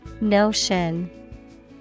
Notion